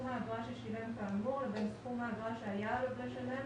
האגרה ששילם כאמור לבין סכום האגרה שהיה עליו לשלם